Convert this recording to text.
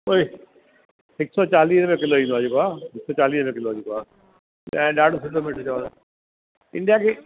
उहे हिकु सौ चालीह रुपए किलो ईंदो आहे जेका हिकु सौ चालीह रुपए ईंदो आहे ऐं ॾाढो सुठो बिठजंदो इंडिया गेट